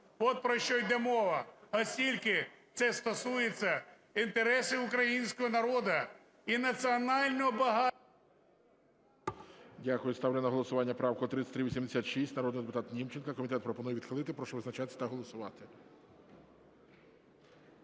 От про що йде мова. Оскільки це стосується інтересів українського народу і національного багатства.